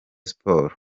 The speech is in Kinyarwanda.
sports